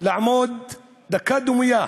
לעמוד דקת דומייה.